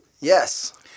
Yes